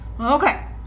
Okay